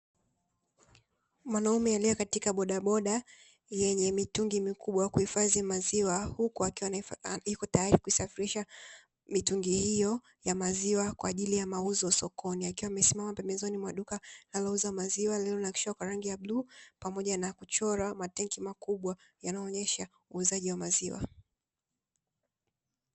Mwanaume aliyekatika bodaboda yenye mitungi mikubwa ya kuhifadhi maziwa, huku akiwa yuko tayari kuisafirisha mitungi hiyo ya maziwa kwa ajili ya mauzo sokoni. Akiwa amesimama pembezoni mwa duka linalouza maziwa lililonakshiwa kwa rangi ya bluu pamoja na kuchorwa matenki makubwa yanayoonyesha uuzaji wa maziwa.